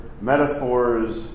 metaphors